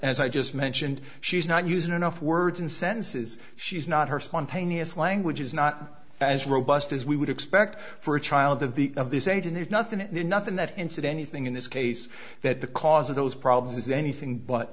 as i just mentioned she's not used enough words and sentences she's not her spontaneous language is not as robust as we would expect for a child of the of these age and there's nothing in there nothing that incidentally thing in this case that the cause of those problems is anything but